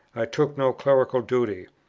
i took no clerical duty.